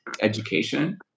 education